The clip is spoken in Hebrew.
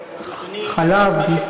חלב,